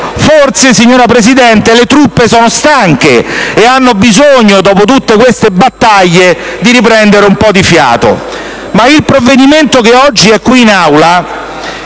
Forse, signora Presidente, le truppe sono stanche e hanno bisogno, dopo tutte queste battaglie, di riprendere un po' di fiato. Il provvedimento che oggi è qui in Aula